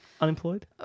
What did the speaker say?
unemployed